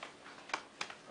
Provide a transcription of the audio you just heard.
כל